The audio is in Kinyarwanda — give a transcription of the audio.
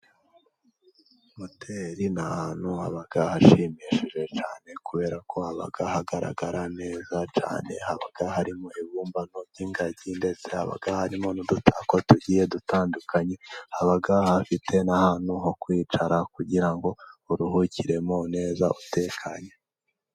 Hoteri ni ahantu haba hashimishije cyane, kubera ko haba hagaragara neza cyane, haba harimo ibibumbano by'ingagi, ndetse haba harimo n'udutako tugiye dutandukanye, haba hafite n'ahantu ho kwicara kugira ngo uruhukiremo neza utekanye.